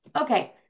Okay